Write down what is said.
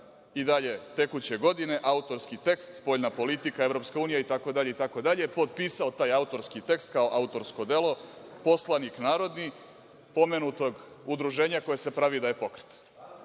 i dalje tekuće godine, autorski tekst, spoljna politika, EU, i tako dalje, i tako dalje, potpisao taj autorski tekst kao autorsko delo poslanik narodni pomenutog udruženja koje se pravi da je pokret,